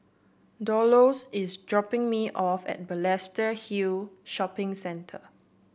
Dolores is dropping me off at Balestier Hill Shopping Center